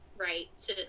Right